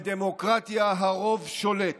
בדמוקרטיה הרוב שולט,